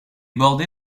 bordée